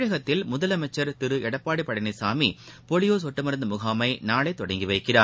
தமிழகத்தில் முதலமைச்சர் திரு எடப்பாடி பழனிசாமி போலியோ சொட்டு மருந்து முகாமை நாளை தொடங்கி வைக்கிறார்